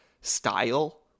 style